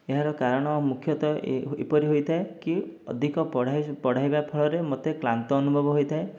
ଏହାର କାରଣ ମୁଖ୍ୟତଃ ଏ ଏପରି ହୋଇଥାଏ କି ଅଧିକ ପଢ଼ାଇ ପଢ଼ାଇବା ଫଳରେ ମୋତେ କ୍ଳାନ୍ତ ଅନୁଭବ ହୋଇଥାଏ